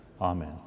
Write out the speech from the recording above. Amen